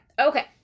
okay